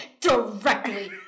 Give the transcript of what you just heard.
directly